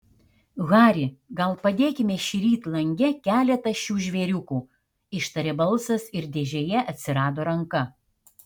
hari gal padėkime šįryt lange keletą šių žvėriukų ištarė balsas ir dėžėje atsirado ranka